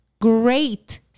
great